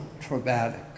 traumatic